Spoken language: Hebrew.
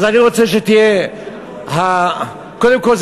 קודם כול,